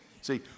See